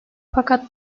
fakat